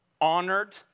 honored